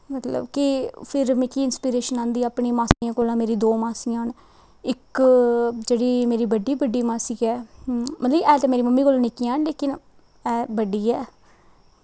मतलब कि फिर मिगी इंस्पिरिशन आंदी अपनी मासियें कोला दा मेरी दो मासियां न इक जेह्ड़ी मेरी बड्डी बड्डी मासी ऐ मतलब कि ऐ ते मेरी मम्मी कोला दा निक्कियां न लेकिन ऐ बड्डी ऐ